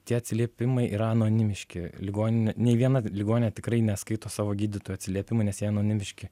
tie atsiliepimai yra anonimiški ligoninė nei viena ligoninė tikrai neskaito savo gydytojų atsiliepimų nes jie anonimiški